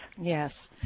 Yes